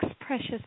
precious